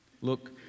Look